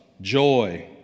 joy